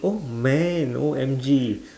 oh man O M G